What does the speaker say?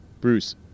Bruce